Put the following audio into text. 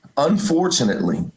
Unfortunately